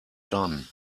done